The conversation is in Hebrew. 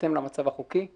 בהתאם למצב החוקי,